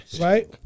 right